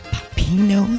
Papino